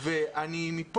אני יודע